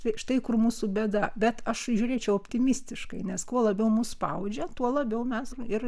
tik štai kur mūsų bėda bet aš žiūrėčiau optimistiškai nes kuo labiau mus spaudžia tuo labiau mes ir